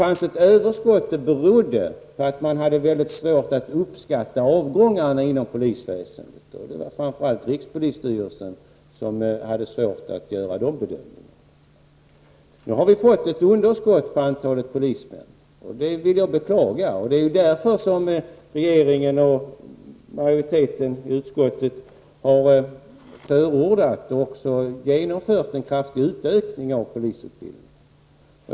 Detta överskott berodde på att man hade mycket svårt att uppskatta avgångarna inom polisväsendet. Det var framför allt rikspolisstyrelsen som hade svårt att göra de bedömningarna. Nu har vi fått ett underskott när det gäller antalet polismän, och det vill jag som sagt beklaga. Och det är ju därför som regeringen och majoriteten i utskottet har förordat -- och också genomfört -- en kraftig utökning av polisutbildningen.